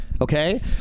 okay